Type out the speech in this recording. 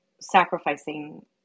sacrificing